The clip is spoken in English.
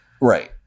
Right